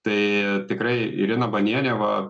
tai tikrai irina banienė va